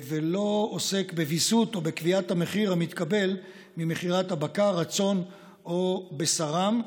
ולא עוסק בוויסות או בקביעת המחיר המתקבל ממכירת הבקר והצאן או בשרם.